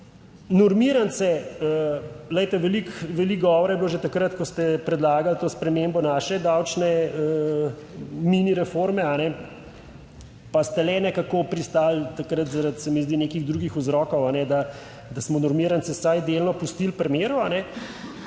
veliko, veliko govora je bilo že takrat, ko ste predlagali to spremembo naše davčne mini reforme, pa ste le nekako pristali takrat zaradi, se mi zdi nekih drugih vzrokov, da smo normirance vsaj delno pustili pri miru.